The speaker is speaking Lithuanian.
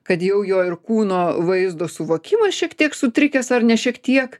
kad jau jo ir kūno vaizdo suvokimas šiek tiek sutrikęs ar ne šiek tiek